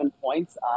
points